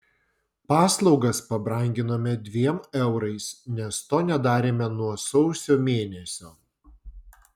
paslaugas pabranginome dviem eurais nes to nedarėme nuo sausio mėnesio